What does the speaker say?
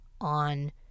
on